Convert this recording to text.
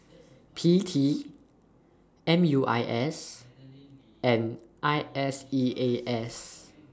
P T M U I S and I S E A S